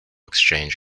exchange